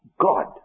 God